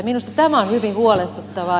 minusta tämä on hyvin huolestuttavaa